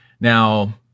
Now